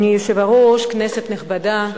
אדוני היושב-ראש, כנסת נכבדה,